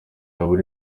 abura